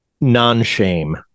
non-shame